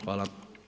Hvala.